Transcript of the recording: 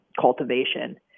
cultivation